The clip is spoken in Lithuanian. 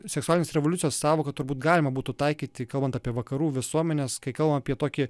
seksualinės revoliucijos sąvoka turbūt galima būtų taikyti kalbant apie vakarų visuomenes kai kalba apie tokį